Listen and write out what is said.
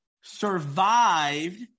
survived